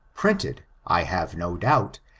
printed, i have no doubt,